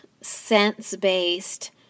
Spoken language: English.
sense-based